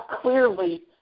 clearly